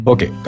Okay